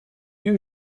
you